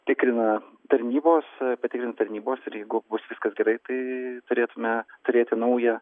tikrina tarnybos patikrint tarnybos ir jeigu bus viskas gerai tai turėtume turėti naują